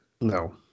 No